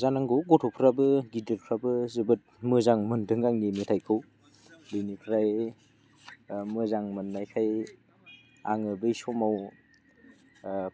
जानांगौ गथ'फ्राबो गिदिरफ्राबो जोबोद मोजां मोन्दों आंनि मेथाइखौ बिनिफ्राय मोजां मोननायखाय आङो बै समाव